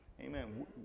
Amen